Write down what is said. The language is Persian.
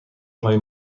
های